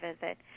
visit